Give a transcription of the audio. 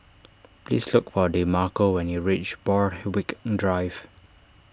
please look for Demarco when you reach Borthwick in Drive